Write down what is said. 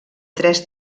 tres